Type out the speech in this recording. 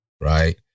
right